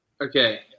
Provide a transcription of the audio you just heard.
Okay